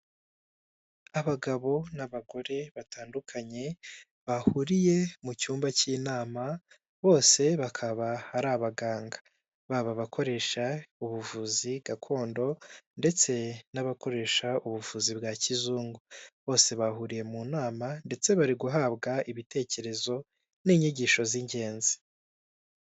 Abagabo n'abagore batandukanye, bahuriye mu cyumba cy'inama, bose bakaba ari abaganga, baba abakoresha ubuvuzi gakondo ndetse n'abakoresha ubuvuzi bwa kizungu, bose bahuriye mu nama ndetse bari guhabwa ibitekerezo n'inyigisho z'ingenzi.